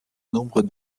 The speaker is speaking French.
nombre